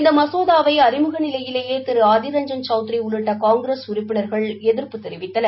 இந்த மசேதாவை அறிமுக நிலையிலேயே திரு அதிர் ரஞ்ஜன் சௌத்ரி உள்ளிட்ட காங்கிரஸ் உறுப்பினர்கள் எதிர்ப்பு தெரிவித்தனர்